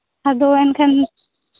ᱟᱫᱚ ᱮᱱᱠᱷᱟᱱ